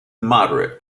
moderate